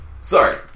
Sorry